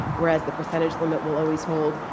whereas the percentage limit will always hold.